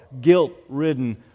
guilt-ridden